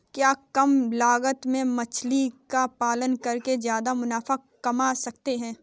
क्या कम लागत में मछली का पालन करके ज्यादा मुनाफा कमा सकते हैं?